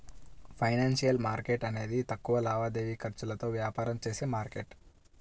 financial market అనేది తక్కువ లావాదేవీ ఖర్చులతో వ్యాపారం చేసే మార్కెట్